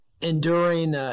enduring